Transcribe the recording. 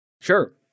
Sure